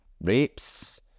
rapes